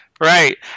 Right